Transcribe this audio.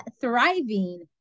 thriving